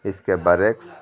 اِس کے بر عکس